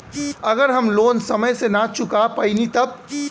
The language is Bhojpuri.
अगर हम लोन समय से ना चुका पैनी तब?